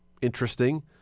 interesting